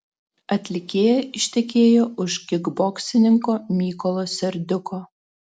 atlikėja ištekėjo už kikboksininko mykolo serdiuko